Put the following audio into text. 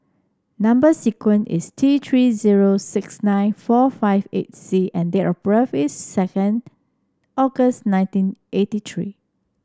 number sequence is T Three zero six nine four five eight C and date of birth is second August nineteen eighty three